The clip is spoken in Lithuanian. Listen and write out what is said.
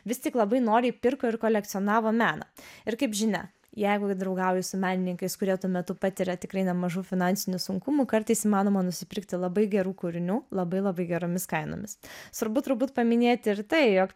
vis tik labai noriai pirko ir kolekcionavo meną ir kaip žinia jeigu draugauji su menininkais kurie tuo metu patiria tikrai nemažų finansinių sunkumų kartais įmanoma nusipirkti labai gerų kūrinių labai labai geromis kainomis svarbu turbūt paminėti ir tai jog